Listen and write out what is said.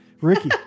Ricky